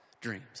dreams